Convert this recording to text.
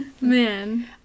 Man